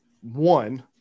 one